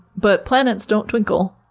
but planets don't twinkle.